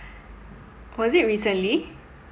was it recently